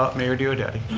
ah mayor diodati.